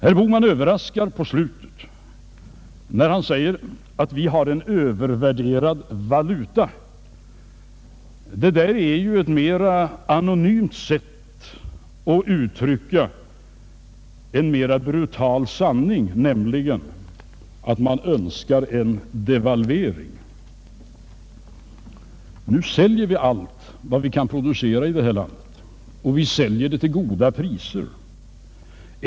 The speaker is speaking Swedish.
Herr Bohman överraskar på slutet när han säger att vi har en övervärderad valuta. Detta är ett mera anonymt sätt att uttrycka en ganska brutal sanning, nämligen att man önskar en devalvering. För närvarande säljer vi allt vad vi kan producera i landet och vi säljer det till goda priser.